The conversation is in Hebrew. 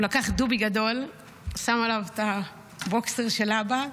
הוא לקח דובי גדול, שם עליו את הבוקסר של אבא,